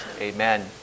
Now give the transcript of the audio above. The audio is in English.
Amen